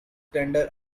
tender